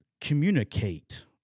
communicate